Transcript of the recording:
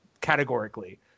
categorically